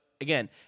again